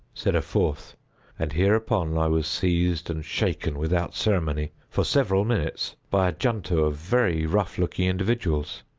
said a fourth and hereupon i was seized and shaken without ceremony, for several minutes, by a junto of very rough-looking individuals.